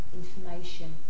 information